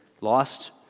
Lost